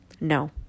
No